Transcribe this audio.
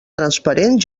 transparent